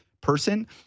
person